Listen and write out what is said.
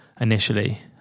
Initially